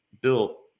built